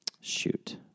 shoot